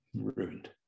ruined